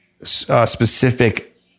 specific